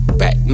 back